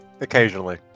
Occasionally